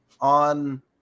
on